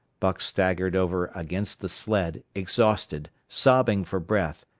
buck staggered over against the sled, exhausted, sobbing for breath,